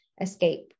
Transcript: escape